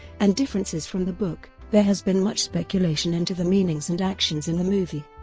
and differences from the book, there has been much speculation into the meanings and actions in the movie.